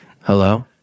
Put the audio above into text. hello